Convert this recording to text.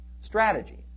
strategy